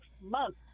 month